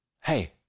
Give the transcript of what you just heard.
Hey